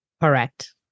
Correct